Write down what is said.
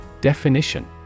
Definition